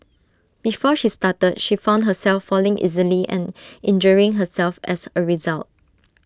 before she started she found herself falling easily and injuring herself as A result